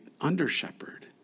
under-shepherd